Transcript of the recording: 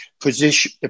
position